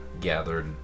gathered